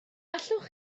allwch